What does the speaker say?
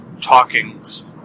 talkings